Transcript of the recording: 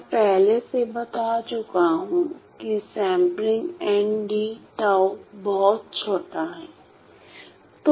मैं पहले से बता चुका हूं कि सेंपलिंग बहुत छोटा है